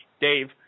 Dave